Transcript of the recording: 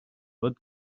rud